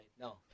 No